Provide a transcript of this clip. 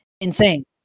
insane